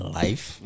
life